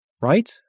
Right